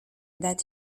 that